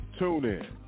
TuneIn